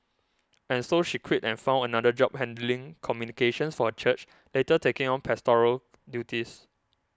and so she quit and found another job handling communications for a church later taking on pastoral duties